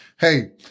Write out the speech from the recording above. Hey